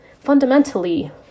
Fundamentally